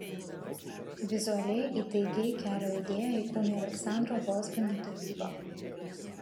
vizualiai įtaigiai kelio idėją įkūnija aleksandro vozbino tapyba